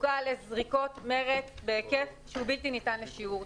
זקוקה לזריקות מרץ בהיקף שהוא בלתי ניתן לשיעור.